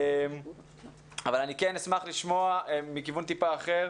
אשמח לשמוע טיפה מכיוון אחר.